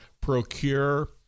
procure